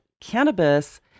cannabis